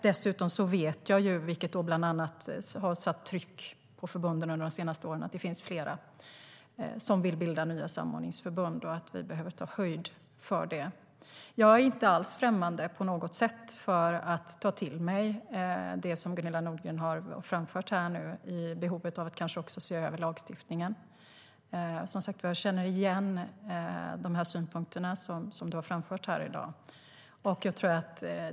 Dessutom vet jag att det finns flera - vilket har satt tryck på förbunden under de senaste åren - som vill bilda nya samordningsförbund, och det behöver vi ta höjd för. Jag är inte på något sätt alls främmande för att ta till mig det som Gunilla Nordgren har framfört här nu om behovet av att se över lagstiftningen. Jag känner igen de synpunkter som du har framfört här i dag.